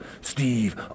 Steve